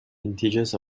integers